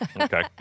Okay